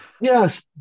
yes